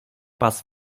bass